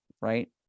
right